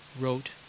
wrote